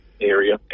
area